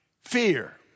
Fear